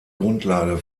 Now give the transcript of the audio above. grundlage